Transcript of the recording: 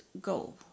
go